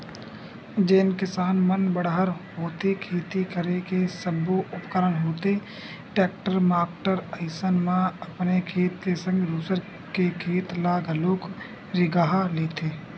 जेन किसान मन बड़हर होथे खेती करे के सब्बो उपकरन होथे टेक्टर माक्टर अइसन म अपन खेत के संग दूसर के खेत ल घलोक रेगहा लेथे